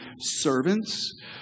servants